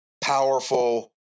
powerful